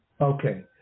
Okay